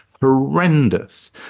horrendous